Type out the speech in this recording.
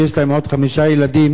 ויש להם עוד חמישה ילדים.